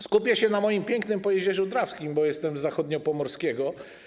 Skupię się na moim pięknym Pojezierzu Drawskim, bo jestem z zachodniopomorskiego.